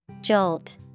Jolt